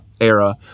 era